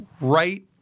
right